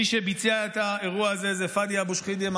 מי שביצע את האירוע הזה זה פאדי אבו שחידם,